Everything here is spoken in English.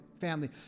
family